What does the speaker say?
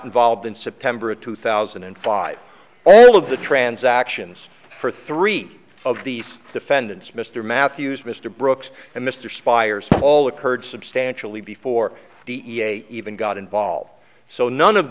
involved in september of two thousand and five all of the transactions for three of these defendants mr mathews mr brooks and mr spiers all occurred substantially before the e a even got involved so none of